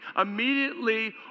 immediately